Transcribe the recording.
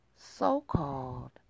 so-called